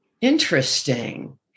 Interesting